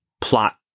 plot